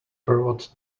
brought